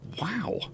Wow